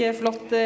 flott